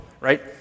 right